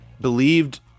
believed